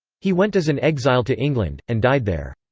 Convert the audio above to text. he went as an exile to england, and died there.